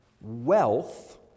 wealth